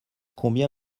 combien